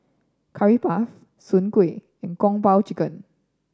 Curry Puff Soon Kueh and Kung Po Chicken